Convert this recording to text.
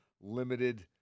limited